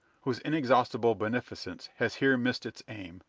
whose inexhaustible beneficence has here missed its aim,